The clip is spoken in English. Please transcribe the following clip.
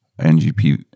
NGP